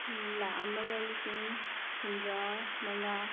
ꯂꯥꯈ ꯑꯃꯒ ꯂꯤꯁꯤꯡ ꯍꯨꯝꯐꯨꯇꯔꯥ ꯃꯉꯥ